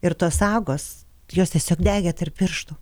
ir tos sagos jos tiesiog degė tarp pirštų